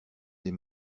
des